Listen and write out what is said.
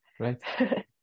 Right